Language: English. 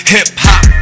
Hip-hop